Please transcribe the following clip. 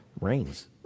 rains